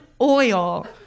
oil